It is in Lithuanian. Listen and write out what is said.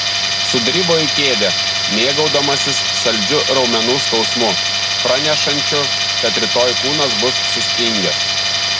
sudribo į kėdę mėgaudamasis saldžiu raumenų skausmu pranešančiu kad rytoj kūnas bus sustingęs